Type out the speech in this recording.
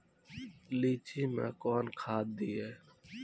लीची मैं कौन खाद दिए?